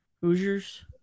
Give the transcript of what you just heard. Hoosiers